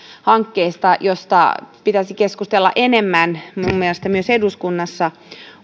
hankkeista joista pitäisi minun mielestäni keskustella enemmän myös eduskunnassa